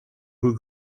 who